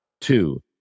Two